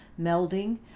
melding